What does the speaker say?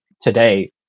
today